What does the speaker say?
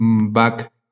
back